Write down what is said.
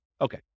Okay